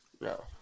No